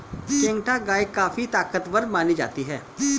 केंकथा गाय काफी ताकतवर मानी जाती है